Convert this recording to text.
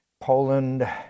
Poland